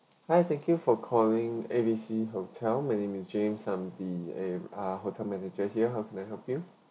hi thank you for calling A B C hotel my name is james I'm the uh hotel manager here how can I help you